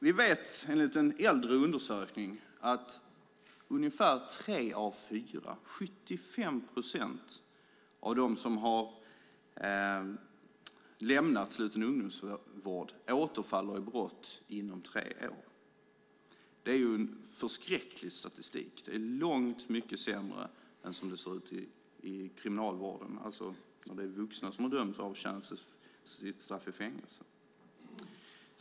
Vi vet enligt en äldre undersökning att ungefär tre av fyra - 75 procent - av dem som har lämnat sluten ungdomsvård återfaller i brott inom tre år. Det är en förskräcklig statistik. Det är långt mycket sämre än hur det ser ut i kriminalvården när vuxna har dömts och avtjänat sitt straff i fängelse.